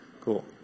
cool